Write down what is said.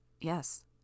Yes